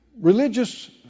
religious